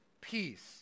peace